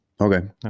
Okay